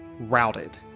routed